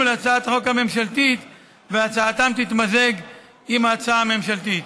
להצעת החוק הממשלתית והצעתם תתמזג עם ההצעה הממשלתית.